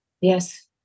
Yes